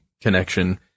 connection